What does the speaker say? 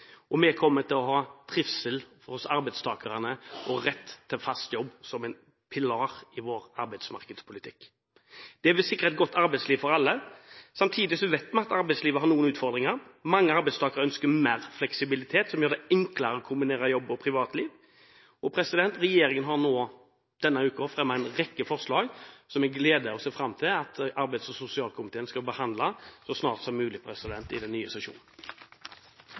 og vi kommer til å ha trivsel for arbeidstakerne og rett til fast jobb som pilarer i vår arbeidsmarkedspolitikk. Det vil sikre et godt arbeidsliv for alle. Samtidig vet vi at arbeidslivet har noen utfordringer. Mange arbeidstakere ønsker mer fleksibilitet, som gjør det enklere å kombinere jobb og privatliv. Regjeringen har nå denne uken fremmet en rekke forslag som jeg gleder meg til, og ser fram til, at arbeids- og sosialkomiteen skal behandle så snart som mulig i den nye sesjonen.